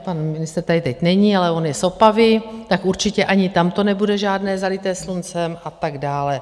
pan ministr tady teď není, ale on je z Opavy, tak určitě ani tam to nebude žádné zalité sluncem a tak dále.